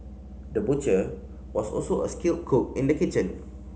the butcher was also a skilled cook in the kitchen